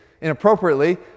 inappropriately